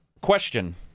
question